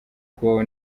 kubaho